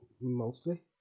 mostly